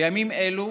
בימים אלו